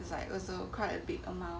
it's like also quite a big amount